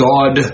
God